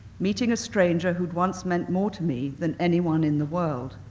meeting a stranger who'd once meant more to me than anyone in the world?